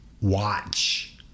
watch